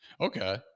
Okay